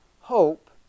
hope